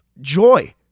Joy